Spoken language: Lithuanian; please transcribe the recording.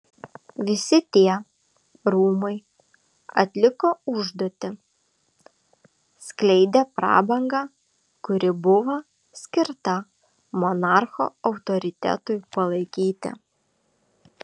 visi tie rūmai atliko užduotį skleidė prabangą kuri buvo skirta monarcho autoritetui palaikyti